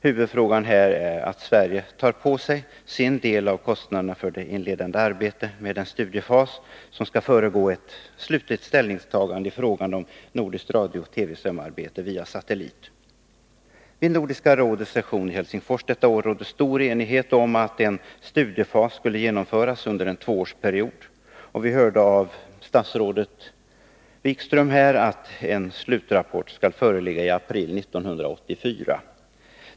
Huvudfrågan här är att Sverige tar på sig sin del av kostnaderna för det inledande arbetet med den studiefas som skall föregå ett slutligt ställningstagande i frågan om nordiskt radiooch TV-samarbete via satellit. Vid Nordiska rådets session i Helsingfors detta år rådde stor enighet om att en studiefas skulle genomföras under en tvåårsperiod, och vi hörde av statsrådet Wikström här att en slutrapport skall föreligga i april 1984.